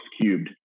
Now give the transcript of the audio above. cubed